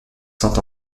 saint